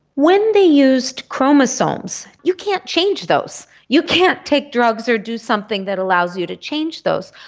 when they used chromosomes, you can't change those. you can't take drugs or do something that allows you to change those.